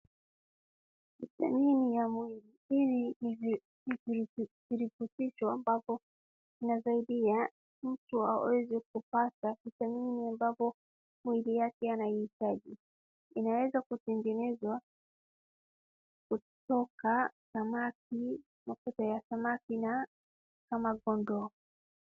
Vitamini ya mwili hili ni virotobisho, ambapo inasaidia mtu aweze kupata vitamini ambapo mwili wake anaihitaji. Inaweza kutengenezwa kutoka samaki, mafuta ya samaki na kama kondo.